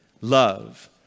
love